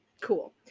cool